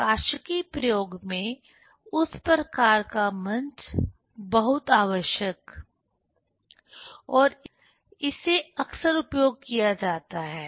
प्रकाशिकी प्रयोग में उस प्रकार का मंच बहुत आवश्यक और इसे अक्सर उपयोग किया जाता है